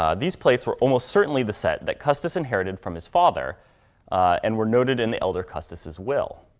ah these plates were almost certainly the set that custis inherited from his father and were noted in the elder custis as well.